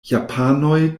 japanoj